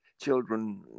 children